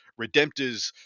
Redemptors